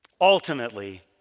ultimately